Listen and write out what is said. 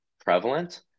prevalent